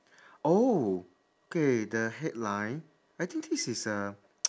oh K the headline I think this is a